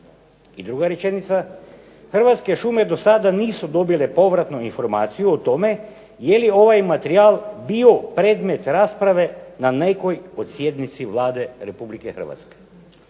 I druga rečenica "Hrvatske šume do sada nisu dobile povratnu informaciju o tome je li ovaj materijal bio predmet rasprave na nekoj od sjednici Vlade Republike Hrvatske."